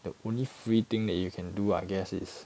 the only free thing that you can do I guess is